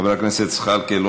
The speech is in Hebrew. חבר הכנסת זחאלקה,